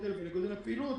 לגודל ולהיקף הפעילות